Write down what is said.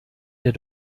der